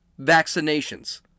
vaccinations